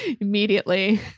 immediately